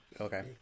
okay